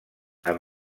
amb